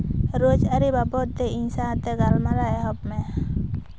ᱨᱳᱡ ᱟᱹᱨᱤ ᱵᱟᱵᱚᱫ ᱫᱚ ᱤᱧ ᱥᱟᱶᱛᱮ ᱜᱟᱞᱢᱟᱨᱟᱣ ᱮᱦᱚᱵᱽ ᱢᱮ